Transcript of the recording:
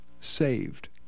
saved